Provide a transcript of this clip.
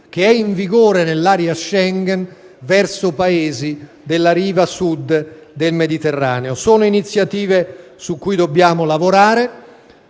che è in vigore nell'area Schengen per gli spostamenti verso Paesi della riva Sud del Mediterraneo. Sono iniziative su cui dobbiamo lavorare,